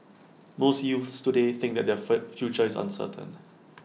most youths today think that their fur future is uncertain